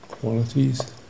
qualities